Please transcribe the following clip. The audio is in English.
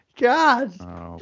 God